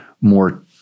more